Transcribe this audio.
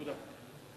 תודה.